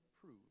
prove